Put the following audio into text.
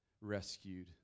rescued